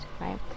right